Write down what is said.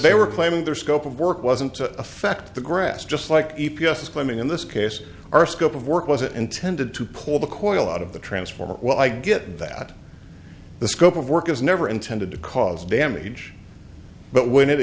they were claiming their scope of work wasn't to affect the grass just like e p a s is claiming in this case our scope of work wasn't intended to pull the coil out of the transformer well i get that the scope of work is never intended to cause damage but when it